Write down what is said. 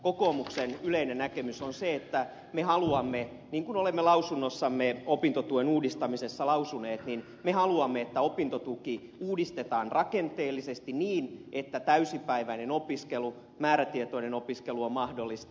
kokoomuksen yleinen näkemys on se että me haluamme niin kuin olemme lausunnossamme opintotuen uudistamisesta lausuneet että opintotuki uudistetaan rakenteellisesti niin että täysipäiväinen opiskelu määrätietoinen opiskelu on mahdollista